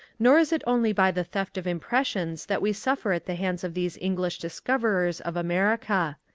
nor is it only by the theft of impressions that we suffer at the hands of these english discoverers of america.